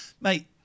Mate